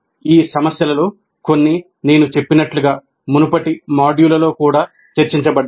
ఈ సమస్యలలో కొన్ని నేను చెప్పినట్లుగా మునుపటి మాడ్యూళ్ళలో కూడా చర్చించబడ్డాయి